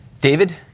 David